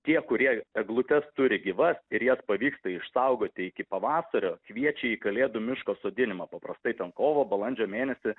tie kurie eglutes turi gyvas ir jas pavyksta išsaugoti iki pavasario kviečia į kalėdų miško sodinimą paprastai ten kovo balandžio mėnesį